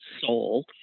soul